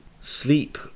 Sleep